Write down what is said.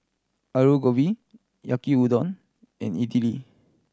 Alu Gobi Yaki Udon and Idili